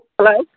Hello